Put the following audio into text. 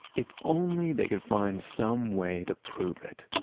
if only they could find some way to prove it